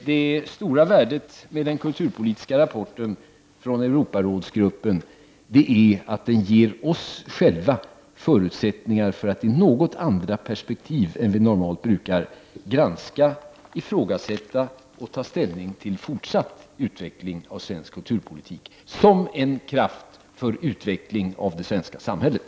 Det stora värdet med den kulturpolitiska rapporten från Europarådsgruppen är att den ger oss själva förutsättningar för att i något andra perspektiv än vi normalt brukar ha, granska, ifrågasätta och ta ställning till fortsatt utveckling av en svensk kulturpolitik som en kraft för utveckling av det svenska samhället.